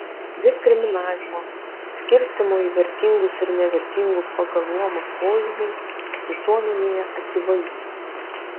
diskriminavimo skirstymo į vertingus ir nevertingus pagal luomus požymiai visuomenėje akivaizdūs